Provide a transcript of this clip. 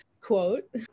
quote